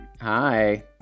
Hi